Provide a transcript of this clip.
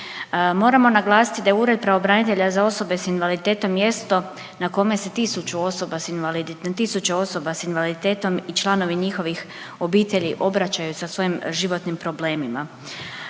Moramo naglasiti da je ured pravobranitelja za osobe s invaliditetom mjesto na kome se tisuću osoba s invalidi… tisuće osobe s invaliditetom i članovi njihovih obitelji obraćaju sa svojim životnim problemima.